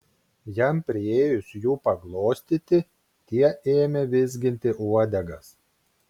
jam priėjus jų paglostyti tie ėmė vizginti uodegas